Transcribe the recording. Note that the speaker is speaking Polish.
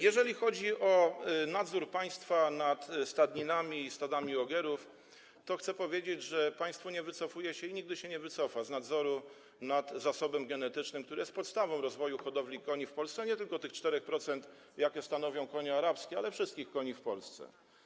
Jeżeli chodzi o nadzór państwa nad stadninami i stadami ogierów, to chcę powiedzieć, że państwo nie wycofuje się i nigdy się nie wycofa z nadzoru nad zasobem genetycznym, który jest podstawą rozwoju hodowli koni w Polsce, ale nie tylko tych 4%, jakie stanowią konie arabskie, tylko wszystkich koni w Polsce.